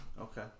Okay